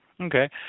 Okay